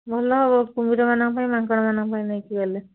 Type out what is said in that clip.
ଭଲ ହେବ କୁମ୍ଭୀରମାନଙ୍କ ପାଇଁ ମାଙ୍କଡ଼ମାନଙ୍କ ପାଇଁ ନେଇକି ଗଲେ